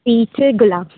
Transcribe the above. ఈచ్చెగులా